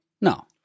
no